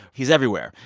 he's everywhere.